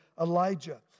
Elijah